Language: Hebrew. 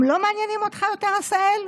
הם לא מעניינים אותך יותר, עשהאל?